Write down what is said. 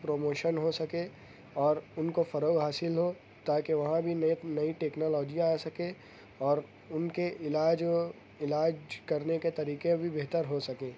promotion ہو سکے اور ان کو فروغ حاصل ہو تاکہ وہاں بھی نیک نئی ٹیکنالوجیاں آ سکے اور ان کے علاج علاج کرنے کے طریقے بھی بہتر ہو سکیں